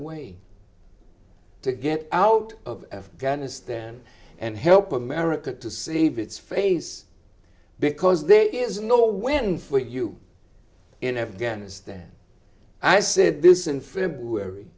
way to get out of afghanistan and help america to save its face because there is no win for you in afghanistan and i said this in february